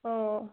অঁ